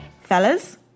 Fellas